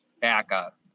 backup